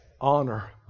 Honor